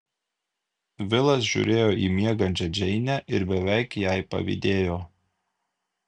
vilas žiūrėjo į miegančią džeinę ir beveik jai pavydėjo